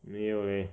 没有 leh